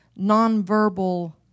nonverbal